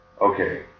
Okay